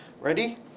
Ready